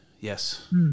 Yes